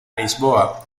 lisboa